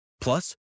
Plus